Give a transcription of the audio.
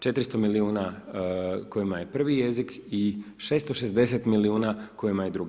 400 milijuna kojima je prvi jezik i 660 milijuna kojima je drugi.